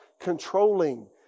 controlling